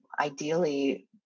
ideally